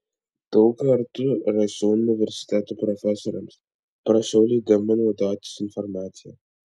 daug kartų rašiau universitetų profesoriams prašiau leidimo naudotis informacija